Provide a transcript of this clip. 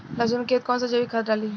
लहसुन के खेत कौन सा जैविक खाद डाली?